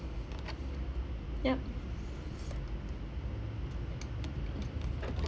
yup